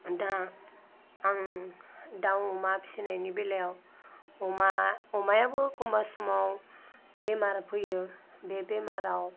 दा आं दाउ अमा फिनायनि बेलायाव अमा अमायाबो एखमब्ला समाव बेमार फैयो बे बेमाराव